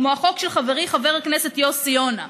כמו החוק של חברי חבר הכנסת יוסי יונה,